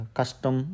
custom